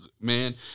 man